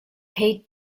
paid